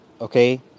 okay